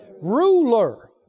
ruler